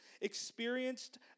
experienced